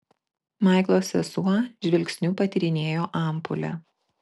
maiklo sesuo žvilgsniu patyrinėjo ampulę